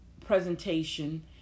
presentation